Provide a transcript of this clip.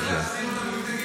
הממשלה לא רוצה להחזיר אותם,